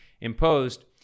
imposed